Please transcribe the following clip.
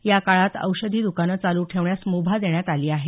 या काळात औषधी दुकानं चालू ठेवण्यास मुभा देण्यात आली आहे